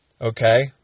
Okay